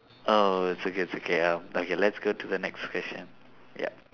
oh it's okay it's okay uh okay let's go to the next question ya